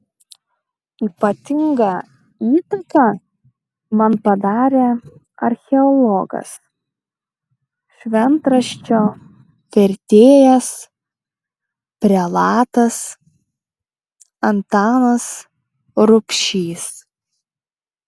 ypatingą įtaką man padarė archeologas šventraščio vertėjas prelatas antanas rubšys